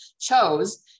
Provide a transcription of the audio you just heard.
chose